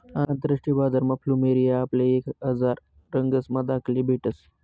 आंतरराष्ट्रीय बजारमा फ्लुमेरिया आपले एक हजार रंगसमा दखाले भेटस